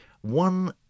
one